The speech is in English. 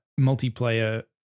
multiplayer